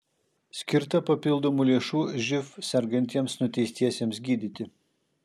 skirta papildomų lėšų živ sergantiems nuteistiesiems gydyti